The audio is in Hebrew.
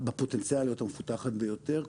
בפוטנציאל להיות המפותחת ביותר,